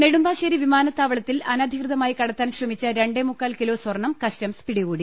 നെടുമ്പാശ്ശേരി വിമാനത്താവളത്തിൽ അനധികൃതമായി കട ത്താൻ ശ്രമിച്ച രണ്ടേമുക്കാൽ കിലോ സ്വർണം കസ്റ്റംസ് പിടികൂ ടി